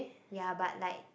ya but like